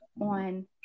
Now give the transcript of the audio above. on